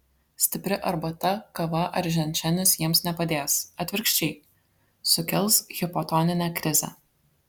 stipri arbata kava ar ženšenis jiems nepadės atvirkščiai sukels hipotoninę krizę